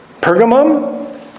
Pergamum